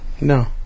No